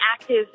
active